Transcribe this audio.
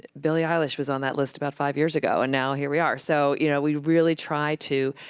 billie eilish was on that list about five years ago. and now, here we are. so, you know, we really try to